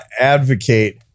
advocate